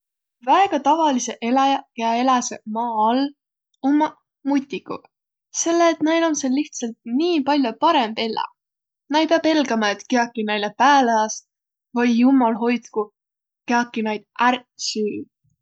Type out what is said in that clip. Väega tavalisõq eläjäq, kiä eläseq maa all, ommaq mutiguq. Selle et näil om sääl lihtsält nii pall'o parõmb elläq. Nä ei piäq pelgämä, et kiäki näile pääle ast, vai, jummal hoitkuq, kiäki näid ärq süü.